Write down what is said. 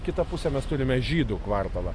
kitą pusę mes turime žydų kvartalą